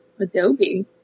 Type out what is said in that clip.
Adobe